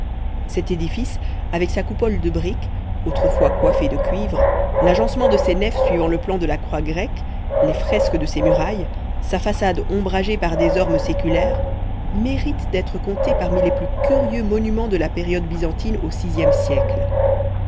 cet édifice avec sa coupole de briques autrefois coiffée de cuivre l'agencement de ses nefs suivant le plan de la croix grecque les fresques de ses murailles sa façade ombragée par des ormes séculaires mérite d'être compté parmi les plus curieux monuments de la période byzantine au sixième siècle